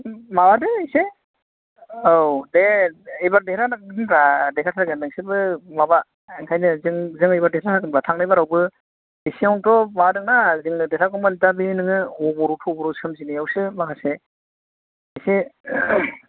माबादो एसे औ दे एबार देरहागोनब्रा देरहाथारगोन नोंसोरबो माबा ओंखायनो जों एबार देरहाथारगोनब्रा थांनाय बारावबो एसेयावनोथ' माबादोंना जोंनो देरहागौमोन दा बे अबर' थबर' सोमजिनायावसो माखासे एसे